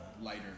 lighter